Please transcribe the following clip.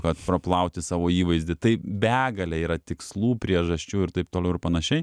kad praplauti savo įvaizdį tai begalė yra tikslų priežasčių ir taip toliau ir panašiai